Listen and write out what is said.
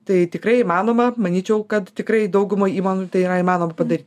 tai tikrai įmanoma manyčiau kad tikrai daugumai įmonių tai yra įmanoma padaryt